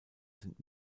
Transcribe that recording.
sind